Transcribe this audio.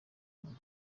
inyuma